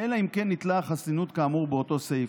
אלא אם כן ניטלה החסינות כאמור באותו סעיף",